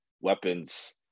weapons